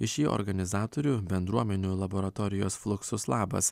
iš jo organizatorių bendruomenių laboratorijos fluxus labas